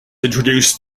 introduced